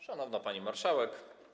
Szanowna Pani Marszałek!